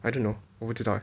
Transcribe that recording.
I don't know 我不知道